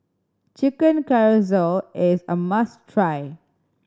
Chicken Casserole is a must try